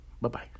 Bye-bye